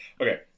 Okay